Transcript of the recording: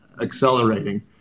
accelerating